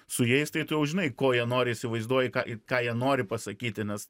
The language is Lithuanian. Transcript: su jais tai tu jau žinai ko jie nori įsivaizduoji ką ir ką jie nori pasakyti nes